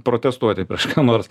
protestuoti prieš ką nors